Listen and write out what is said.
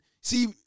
see